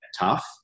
tough